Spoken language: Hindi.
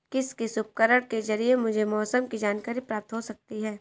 किस किस उपकरण के ज़रिए मुझे मौसम की जानकारी प्राप्त हो सकती है?